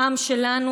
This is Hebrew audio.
העם שלנו,